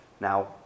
Now